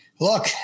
Look